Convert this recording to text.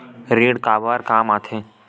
ऋण काबर कम आथे?